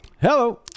Hello